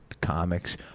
comics